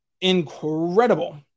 incredible